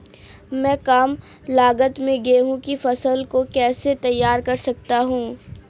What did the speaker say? मैं कम लागत में गेहूँ की फसल को कैसे तैयार कर सकता हूँ?